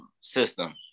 system